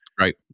Right